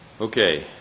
Okay